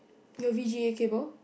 your V_G_A cable